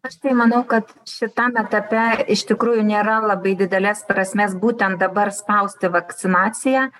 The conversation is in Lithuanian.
aš tai manau kad šitam etape iš tikrųjų nėra labai didelės prasmės būtent dabar spausti vakcinaciją